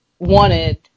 wanted